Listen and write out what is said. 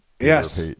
yes